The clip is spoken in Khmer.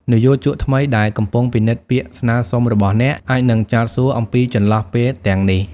និយោជកថ្មីដែលកំពុងពិនិត្យពាក្យស្នើសុំរបស់អ្នក អាចនឹង ចោទសួរ អំពីចន្លោះពេលទាំងនេះ។